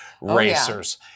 racers